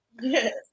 Yes